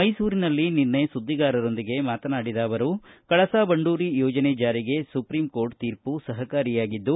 ಮೈಸೂರಿನಲ್ಲಿ ನಿನ್ನೆ ಸುದ್ದಿಗಾರರೊಂದಿಗೆ ಮಾತನಾಡಿದ ಅವರು ಕಳಸಾ ಬಂಡೂರಿ ಯೋಜನೆ ಜಾರಿಗೆ ಸುಪ್ರೀಂಕೋರ್ಟ್ ತೀರ್ಮ ಸಹಕಾರಿಯಾಗಿದ್ದು